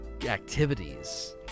activities